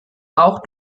auch